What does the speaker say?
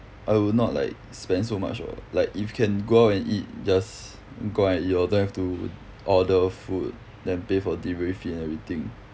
I will not like spend so much or like if can go and eat just go out and eat lor don't have to order food then pay for delivery fee and everything